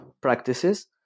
practices